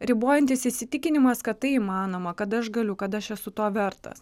ribojantis įsitikinimas kad tai įmanoma kad aš galiu kad aš esu to vertas